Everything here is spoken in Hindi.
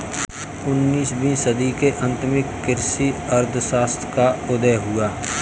उन्नीस वीं सदी के अंत में कृषि अर्थशास्त्र का उदय हुआ